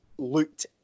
looked